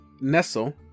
nestle